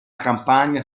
campagna